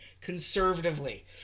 conservatively